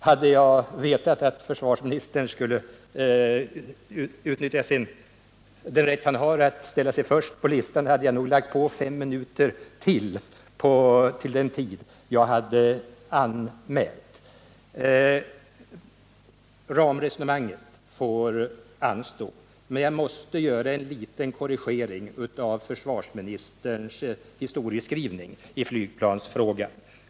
Hade jag känt till att försvarsministern skulle utnyttja den rätt han har att ställa sig först på talarlistan hade jag nog lagt på ytterligare fem minuter på den taletid jag anmält. Ramresonemanget får nu anstå, men jag måste göra en liten korrigering i försvarsministerns historieskrivning i flygplansfrågan.